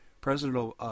President